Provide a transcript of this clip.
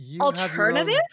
alternative